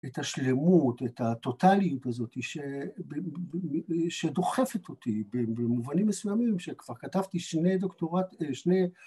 את השלמות, את הטוטאליות הזאת שדוחפת אותי במובנים מסוימים שכבר כתבתי שני דוקטורט, שני